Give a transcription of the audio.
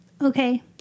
Okay